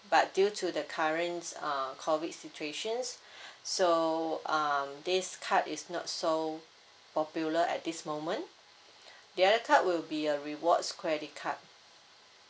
but due to the current uh COVID situation so um this card is not so popular at this moment the other card will be a rewards credit card